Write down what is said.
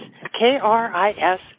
K-R-I-S